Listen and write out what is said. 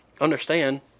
understand